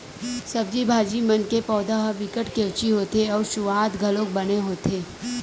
सब्जी भाजी मन के पउधा ह बिकट केवची होथे अउ सुवाद घलोक बने होथे